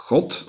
God